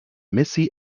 missy